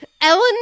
Ellen